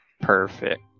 Perfect